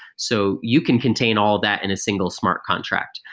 so you can contain all that in a single smart contract.